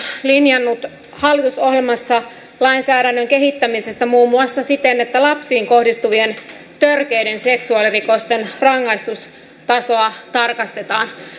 hallitus on linjannut hallitusohjelmassa lainsäädännön kehittämisestä muun muassa siten että lapsiin kohdistuvien törkeiden seksuaalirikosten rangaistustasoa tarkastetaan